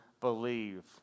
believe